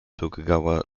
tokugawa